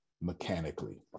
mechanically